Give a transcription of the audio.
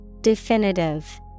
Definitive